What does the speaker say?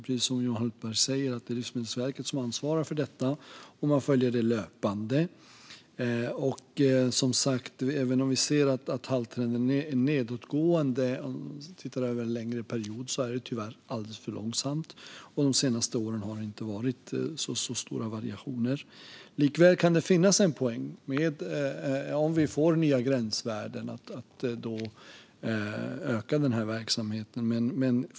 Precis som Johan Hultberg säger är det Livsmedelsverket som ansvarar för detta, och man följer det löpande. Även om vi som sagt ser att halterna är nedåtgående sett över en längre period går det tyvärr alldeles för långsamt, och under de senaste åren har det inte varit så stora variationer. Likväl kan det, om vi får nya gränsvärden, finnas en poäng med att öka den här verksamheten.